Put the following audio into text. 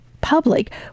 public